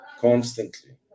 constantly